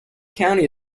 county